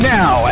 now